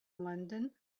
london